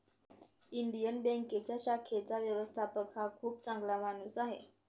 Indian बँकेच्या शाखेचा व्यवस्थापक हा खूप चांगला माणूस आहे